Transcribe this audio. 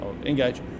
Engage